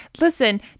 listen